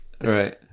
Right